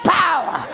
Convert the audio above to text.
power